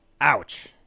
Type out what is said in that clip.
ouch